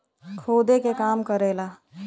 खोदे के काम करेला